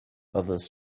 others